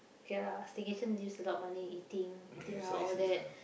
kay lah staycation use a lot of money eating eating out all that